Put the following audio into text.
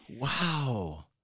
Wow